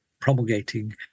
promulgating